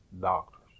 Doctors